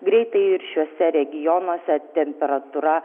greitai ir šiuose regionuose temperatūra